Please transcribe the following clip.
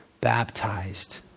baptized